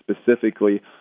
specifically